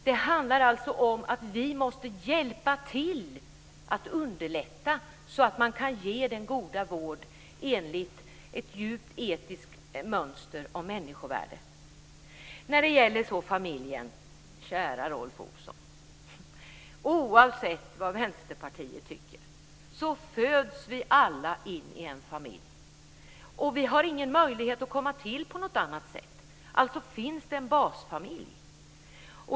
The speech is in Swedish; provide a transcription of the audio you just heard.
Det handlar alltså om att vi måste underlätta så att man kan ge god vård enligt ett djupt etiskt mönster om människovärde. Kära Rolf Olsson, oavsett vad Vänsterpartiet tycker föds vi alla in i en familj. Vi har ingen möjlighet att komma till på något annat sätt, alltså finns det en basfamilj.